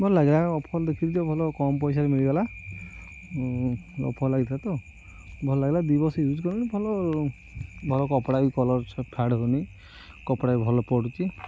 ଭଲ ଲାଗିଲା ଅଫର୍ ଦେଖିଲି ଯେ ଭଲ କମ୍ ପଇସାରେ ମିଳିଗଲା ଅଫର୍ ଲାଗିଥିଲା ତ ଭଲ ଲାଗିଲା ଦୁଇ ବର୍ଷ ୟୁଜ୍ କଲି ଭଲ ଭଲ କପଡ଼ା ବି କଲର୍ ଫେଡ଼ ହେଉନି କପଡ଼ା ବି ଭଲ ପଡ଼ୁଛି